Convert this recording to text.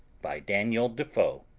by daniel defoe